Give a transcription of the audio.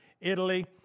Italy